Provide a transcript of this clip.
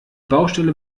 baustelle